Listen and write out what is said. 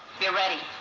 get ready.